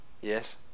Yes